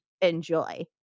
enjoy